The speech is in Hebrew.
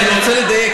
אני רוצה לדייק,